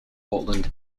portland